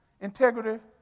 Integrity